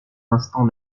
instant